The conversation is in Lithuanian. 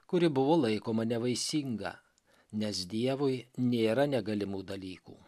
kuri buvo laikoma nevaisinga nes dievui nėra negalimų dalykų